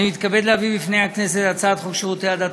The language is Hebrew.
אני מתכבד להביא בפני הכנסת את הצעת חוק שירותי הדת